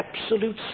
absolute